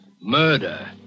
Murder